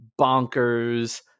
bonkers